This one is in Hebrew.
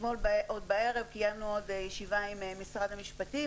ואתמול בערב קיימנו ישיבה עם משרד המשפטים,